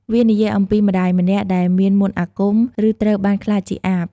វានិយាយអំពីម្តាយម្នាក់ដែលមានមន្តអាគម ឬត្រូវបានក្លាយជាអាប។